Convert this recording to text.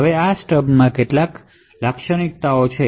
હવે આ સ્ટબ માટે કેટલીક ગુણધર્મો છે